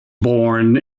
born